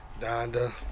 donda